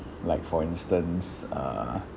like for instance uh